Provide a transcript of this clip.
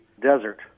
desert